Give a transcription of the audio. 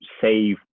save